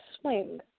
swing